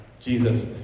Jesus